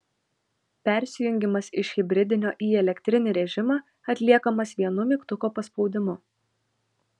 persijungimas iš hibridinio į elektrinį režimą atliekamas vienu mygtuko paspaudimu